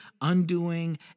undoing